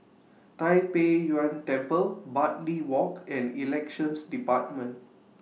Tai Pei Yuen Temple Bartley Walk and Elections department